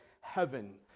heaven